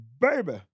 Baby